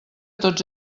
tots